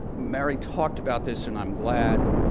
mary talked about this and i'm glad.